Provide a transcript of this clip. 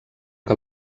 que